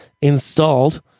installed